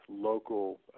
local